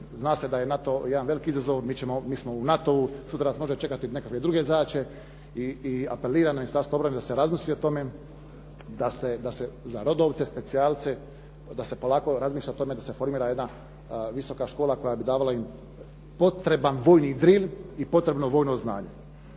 zna se da je NATO jedan veliki izazov. Mi smo u NATO-u, sutra nas mogu čekati nekakve druge zadaće. I apeliram na Ministarstvo obrane da se razmisli o tome da se na rodovce, specijalce, da se polako razmišlja o tome da se formira jedna visoka škola koja bi davala im potreban vojni dril i potrebno vojno znanje.